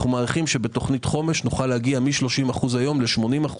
אנו מעריכים שבתוכנית חומש נוכל להגיע מ-30% היום ל-80%